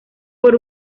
por